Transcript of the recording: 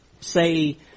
say